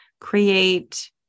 create